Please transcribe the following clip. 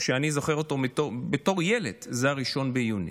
שאני זוכר אותו בתור ילד, הוא 1 ביוני.